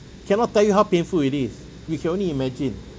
cannot tell you how painful it is you can only imagine